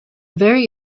very